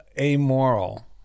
amoral